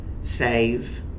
save